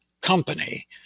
company